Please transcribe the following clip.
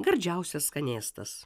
gardžiausias skanėstas